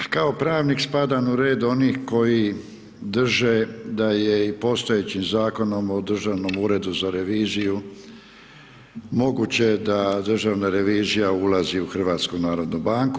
Kao pravnik spadam u red onih koji drže da je i postojeći Zakonom o Državnom uredu za reviziju moguće da državna revizija ulazi u HNB.